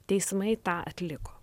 teismai tą atliko